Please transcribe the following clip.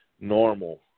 normal